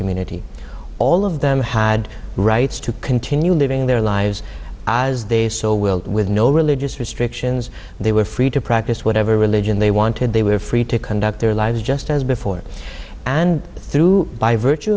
community all of them had rights to continue living their lives as they so will with no religious restrictions they were free to practice whatever religion they wanted they were free to conduct their lives just as before and through by virtue